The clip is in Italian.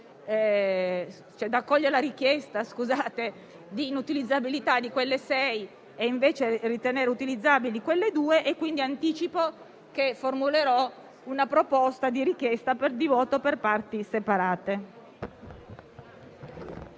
da accogliere la richiesta di inutilizzabilità di quelle sei e, invece, considerare utilizzabili quelle due. Quindi, anticipo che formulerò una richiesta di voto per parti separate.